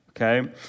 Okay